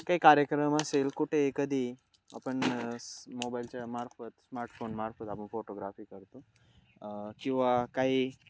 काही कार्यक्रम असेल कुठे कधी आपण स मोबाईलच्या मार्फत स्मार्टफोनमार्फत आपण फोटोग्राफी करतो किंवा काही